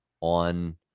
on